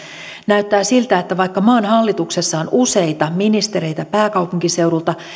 näyttää siltä että vaikka maan hallituksessa on useita ministereitä pääkaupunkiseudulta